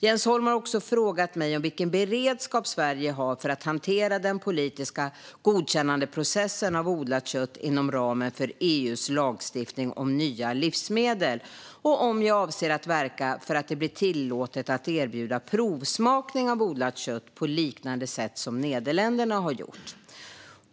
Jens Holm har också frågat mig vilken beredskap Sverige har för att hantera den politiska godkännandeprocessen av odlat kött inom ramen för EU:s lagstiftning om nya livsmedel samt om jag avser att verka för att det ska bli tillåtet att erbjuda provsmakning av odlat kött på ett sätt som liknar det Nederländerna har valt.